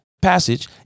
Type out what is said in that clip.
passage